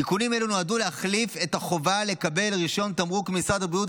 תיקונים אלו נועדו להחליף את החובה לקבל רישיון תמרוק ממשרד הבריאות,